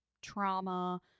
trauma